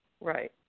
Right